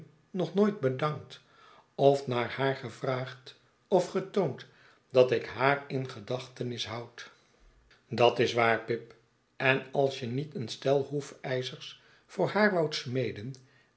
nog nooit bedankt of naar haar gevraagd of getoond dat ik haar in gedachtenis houd dat is waar pip en als je niet een stel hoefijzers voor haar woudt smeden